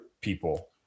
people